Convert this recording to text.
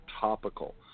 topical